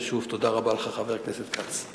ושוב, תודה רבה לך, חבר הכנסת כץ.